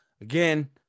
Again